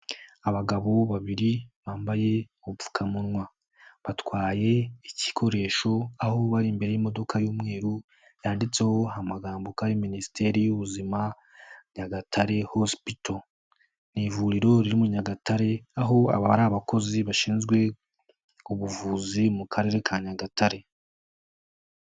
Abagabo babiri bambaye ubupfukamunwa batwaye igikoresho aho bari imbere y'imodoka y'umweru yanditseho amagambo ko ari minisiteri y'ubuzima Nyagatare hosipito, ni ivuriro riri muri Nyagatare aho aba ari abakozi bashinzwe ubuvuzi mu Karere ka Nyagatare.